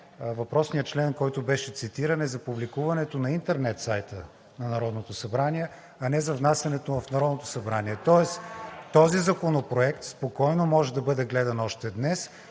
въпросният член, който беше цитиран, е за публикуването на интернет сайта на Народното събрание, а не за внасянето в Народното събрание. Тоест този законопроект спокойно може да бъде гледан още днес,